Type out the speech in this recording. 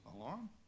alarm